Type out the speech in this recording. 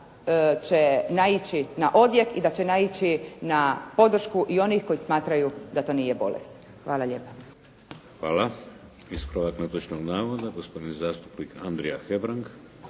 će naići na odjek i da će naići na podršku i onih koji smatraju da to nije bolest. Hvala lijepa. **Šeks, Vladimir (HDZ)** Hvala. Ispravak netočnog navoda, gospodin zastupnik Andrija Hebrang.